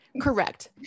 correct